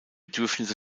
bedürfnisse